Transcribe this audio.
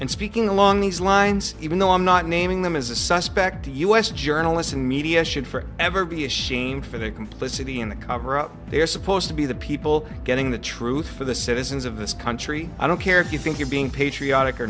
and speaking along these lines even though i'm not naming them as a suspect us journalists and media should for ever be ashamed for their complicity in the cover up they are supposed to be the people getting the truth for the citizens of this country i don't care if you think you're being patriotic or